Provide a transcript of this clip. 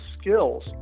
skills